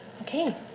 Okay